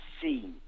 see